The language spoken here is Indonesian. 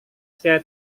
saya